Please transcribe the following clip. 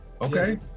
Okay